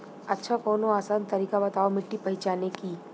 अच्छा कवनो आसान तरीका बतावा मिट्टी पहचाने की?